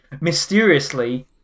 mysteriously